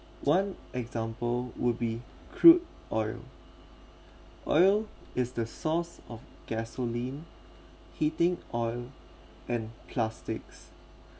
one example would be crude oil oil is the source of gasoline heating oil and plastics